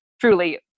truly